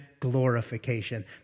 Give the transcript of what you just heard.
glorification